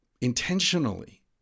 intentionally